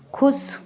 खुश